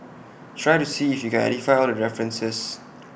try to see if you can identify all the references